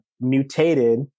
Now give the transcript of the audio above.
mutated